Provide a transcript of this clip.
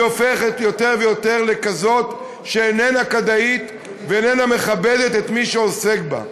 והיא הופכת יותר ויותר לכזאת שאיננה כדאית ואיננה מכבדת את מי שעוסק בה.